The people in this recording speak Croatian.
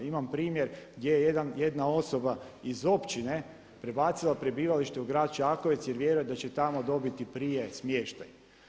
Imam primjer gdje jedna osoba iz općine prebacila prebivalište u Grad Čakovec jer vjerujem da će tamo dobiti prije smještaj.